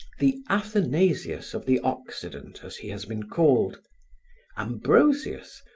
the athanasius of the occident, as he has been called ambrosius,